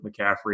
McCaffrey